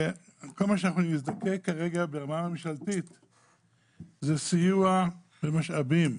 אנחנו נזדקק ברמה הממשלתית לסיוע במשאבים.